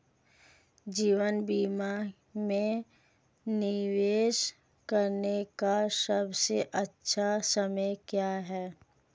जीवन बीमा में निवेश करने का सबसे अच्छा समय क्या है?